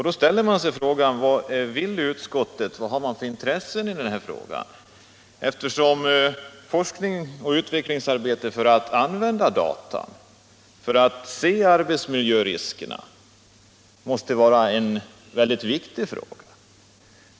Då ställer man sig frågande vilka intressen utskottet har när det gäller detta spörsmål, eftersom forskningsoch utvecklingsarbetet för att kunna använda datorer för att uppmärksamma arbetsmiljöriskerna måste vara en mycket viktig fråga.